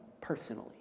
personally